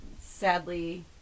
sadly